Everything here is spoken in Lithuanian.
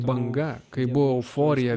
banga kai buvo euforija